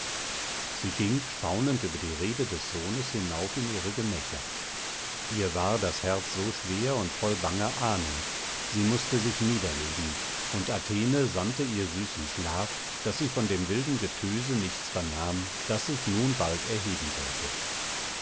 sie ging staunend über die rede des sohnes hinauf in ihre gemächer ihr war das herz so schwer und voll banger ahnung sie mußte sich niederlegen und athene sandte ihr süßen schlaf daß sie von dem wilden getöse nichts vernahm das sich nun bald erheben sollte